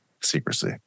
secrecy